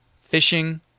fishing